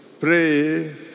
pray